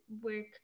work